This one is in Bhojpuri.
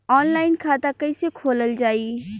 ऑनलाइन खाता कईसे खोलल जाई?